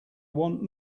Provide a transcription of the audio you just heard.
want